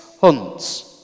hunts